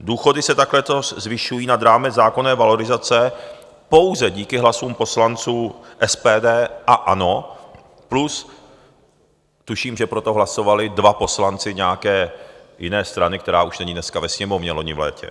Důchody se tak letos zvyšují nad rámec zákonné valorizace pouze díky hlasům poslanců SPD a ANO plus, tuším, že pro to hlasovali dva poslanci nějaké jiné strany, která už není dneska ve Sněmovně, loni v létě.